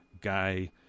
guy